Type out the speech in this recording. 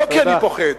לא כי אני פוחד,